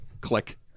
click